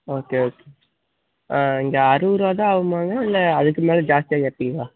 okay okay ஆ இங்கே அறுபது ரூபா தான் ஆகுமாங்க இல்லை அதுக்குமேலே ஜாஸ்தியாக கேட்பிங்களா